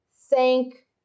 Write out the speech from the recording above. thank